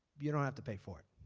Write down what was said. you don't have to pay for it.